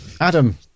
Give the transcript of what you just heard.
Adam